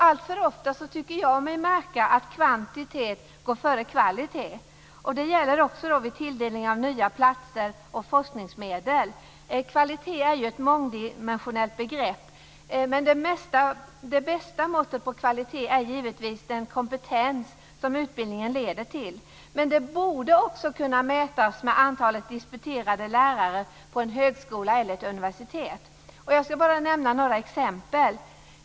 Alltför ofta tycker jag mig märka att kvantitet går före kvalitet. Det gäller också vid tilldelning av nya platser och forskningsmedel. Kvalitet är ett mångdimensionellt begrepp. Det bästa måttet på kvalitet är givetvis den kompetens utbildningen leder till, men det borde också kunna mätas med antalet disputerade lärare på en högskola eller ett universitet. Jag ska nämna några exempel.